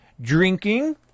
drinking